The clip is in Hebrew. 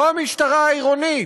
לא המשטרה העירונית,